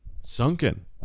Sunken